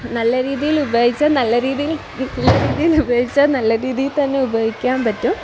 നല്ല രീതിയിൽ ഉപയോഗിച്ചാൽ നല്ല രീതിയിൽ ഉപയോഗിച്ചാൽ നല്ല രീതിയിൽ തന്നെ ഉപയോഗിക്കാൻ പറ്റും